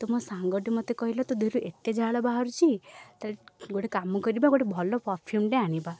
ତ ମୋ ସାଙ୍ଗଟେ ମୋତେ କହିଲା ତୋ ଦେହରୁ ଏତେ ଝାଳ ବାହାରୁଛି ତ ଗୋଟେ କାମ କରିବା ଗୋଟେ ଭଲ ପରଫ୍ୟୁମ୍ଟେ ଆଣିବା